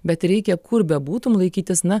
bet reikia kur bebūtum laikytis na